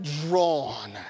drawn